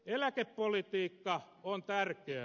eläkepolitiikka on tärkeää